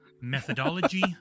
Methodology